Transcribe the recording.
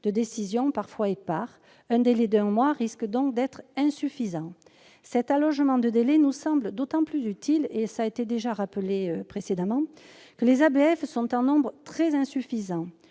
de décisions parfois épars. Un délai d'un mois risque donc d'être insuffisant. Cet allongement de délai nous semble d'autant plus utile que les ABF sont en nombre très insuffisant